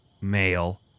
male